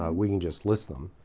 ah we can just list them.